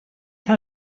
how